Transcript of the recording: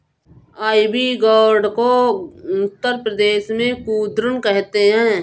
ivy gourd को उत्तर प्रदेश में कुद्रुन कहते हैं